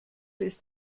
ist